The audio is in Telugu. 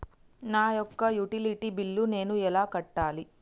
నా యొక్క యుటిలిటీ బిల్లు నేను ఎలా కట్టాలి?